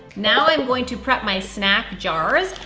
now i'm going to prep my snack jars.